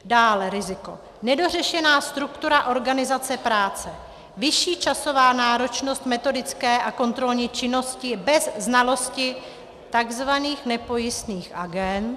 Další riziko nedořešená struktura organizace práce, vyšší časová náročnost metodické a kontrolní činnosti bez znalosti tzv. nepojistných agend